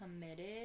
committed